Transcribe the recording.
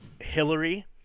Hillary